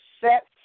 set